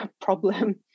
problem